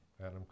Adam